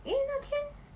eh 那天